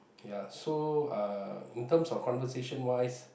ya so uh in terms of conversation wise